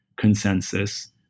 consensus